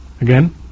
Again